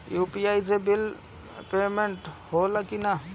UPI से बिजली bill payment होला कि न?